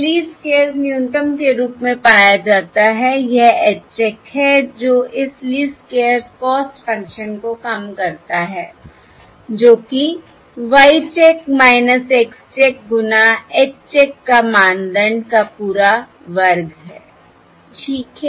और यह least squares न्यूनतम के रूप में पाया जाता है यह H चेक है जो इस लीस्ट स्क्वेयर्स कॉस्ट फंक्शन को कम करता है जो कि Y चेक X चेक गुना H चेक का मानदंड का पूरा वर्ग है ठीक है